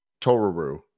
Toruru